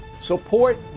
support